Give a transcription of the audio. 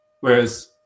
Whereas